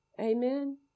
Amen